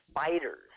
spiders